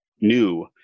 new